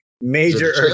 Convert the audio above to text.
major